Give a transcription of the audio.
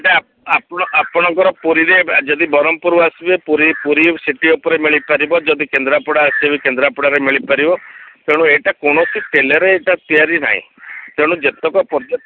ଏଇଟା ଆପଣଙ୍କ ପୁରୀରେ ଯଦି ବ୍ରହ୍ମପୁରୁ ଆସିବେ ପୁରୀ ପୁରୀ ସିଟି ଉପରେ ମିଳିପାରିବ ଯଦି କେନ୍ଦ୍ରାପଡ଼ା ଆସିବେ କେନ୍ଦ୍ରାପଡ଼ାରେ ମିଳିପାରିବ ତେଣୁ ଏଇଟା କୌଣସି ତେଲରେ ଏଇଟା ତିଆରି ନାହିଁ ତେଣୁ ଯେତେକ ପର୍ଯ୍ୟଟକ